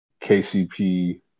KCP